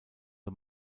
the